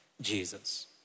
Jesus